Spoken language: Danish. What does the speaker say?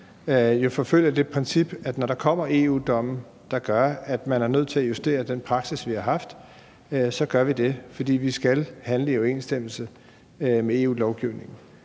forfølger det princip, at når der kommer EU-domme, der gør, at man er nødt til justere den praksis, man har haft, så gør vi det, fordi vi skal handle i overensstemmelse med EU-lovgivningen.